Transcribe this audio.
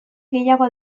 gehiago